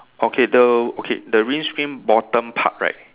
okay the okay the windscreen bottom part right